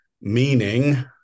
meaning